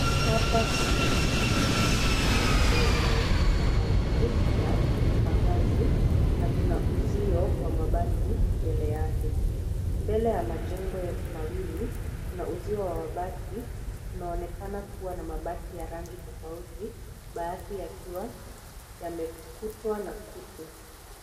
Hapa kuna majengo mawili tofauti yanayotumika kwa ajili ya makazi, na kuna uzio wa mabati mbele yake. Mbele ya majengo yote mawili kuna uzio wa mabati unaonekana kuwa na mabati ya rangi tofauti, baadhi yakiwa yamekutwa na kutu.